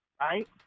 Right